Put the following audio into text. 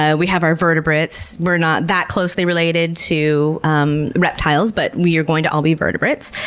ah we have our vertebrates we're not that closely related to um reptiles but we're going to all be vertebrates.